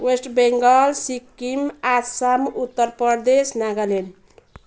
West Bengal Sikkim Assam Uttar Pradesh Nagaland